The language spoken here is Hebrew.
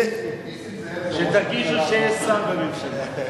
נסים זאב בתפקיד ראש הממשלה,